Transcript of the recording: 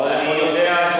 או לחברון,